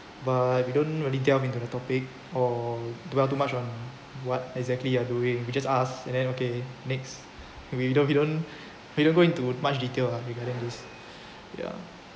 but we don't really delve into the topic or dwell too much on what exactly you are doing we just ask and then okay next we we don't we don't we don't go into much detailed ah regarding this ya